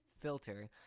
filter